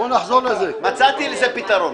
מצאתי לזה פתרון.